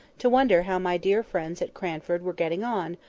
to wonder how my dear friends at cranford were getting on,